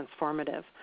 transformative